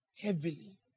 Heavily